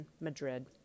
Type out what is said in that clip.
Madrid